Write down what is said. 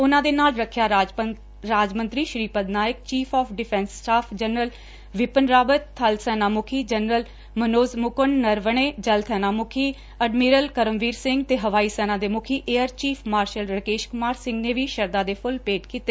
ਉਨੂਾਂਦੇ ਨਾਲ ਰੱਖਿਆ ਰਾਜ ਮੰਤਰੀ Shripad Naik chief of defence staff general Bipin Rawat ਬਲ ਸੈਨਾ ਮੁਖੀ ਜਨਰਲ ਮਨੋਜ ਮੁਕੁੰਡ ਨਰਵਣੇ ਜਲ ਸੈਨਾ ਮੁਖੀ ਅਡਮਾਇਰਲ ਕਰਮਵੀਰ ਸਿੰਘ ਤੇ ਹਵਾਈ ਸੈਨਾ ਦੇ ਮੁਖੀ air chief marshal Rakesh Kumar Singh ਨੇ ਵੀ ਸਰਧਾ ਦੇ ਫੁੱਲ ਭੇਂਟ ਕੀਤੇ